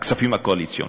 הכספים הקואליציוניים.